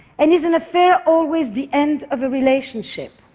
and is an affair always the end of a relationship?